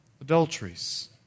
Adulteries